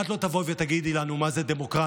את לא תבואי ותגידי לנו מה זה דמוקרטיה,